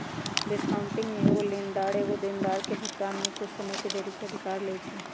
discounting में एगो लेनदार एगो देनदार के भुगतान में कुछ समय के देरी के अधिकार लेइ छै